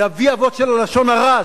היא אבי אבות הלשון הרע,